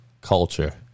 culture